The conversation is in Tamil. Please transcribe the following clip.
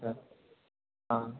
ஆ ஆ